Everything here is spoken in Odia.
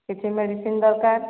କିଛି ମେଡିସିନ୍ ଦରକାର